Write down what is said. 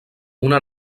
una